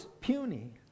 puny